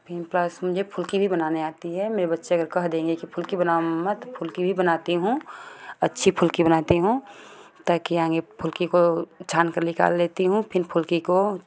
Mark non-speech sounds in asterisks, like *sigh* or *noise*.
फिर मुझे फुल्की भी बनाने आती है मेरे बच्चे अगर कह देंगे कि फुल्की बनाओ मम्मा त फुल्की भी बनाती हूँ अच्छी फुल्की बनाती हूँ *unintelligible* फुल्की को छान कर निकाल लेती हूँ फिर फुल्की को